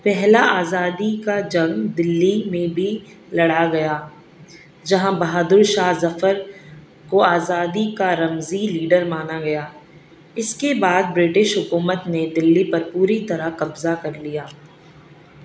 پہلا آزادی کا جنگ دلی میں بھی لڑا گیا جہاں بہادر شاہ ظفر کو آزادی کا رمزی لیڈر مانا گیا اس کے بعد برٹش حکومت نے دلی پر پوری طرح قبضہ کر لیا